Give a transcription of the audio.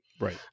right